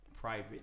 private